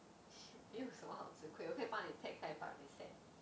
有什么好吃亏我可以帮你 text 他 but 你 send